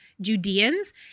Judeans